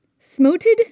Smoted